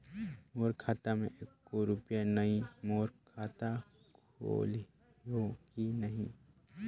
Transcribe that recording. मोर खाता मे एको रुपिया नइ, मोर खाता खोलिहो की नहीं?